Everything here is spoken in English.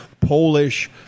Polish